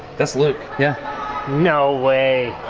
that's luke. yeah no way!